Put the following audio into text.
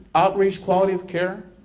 outreach, quality of care,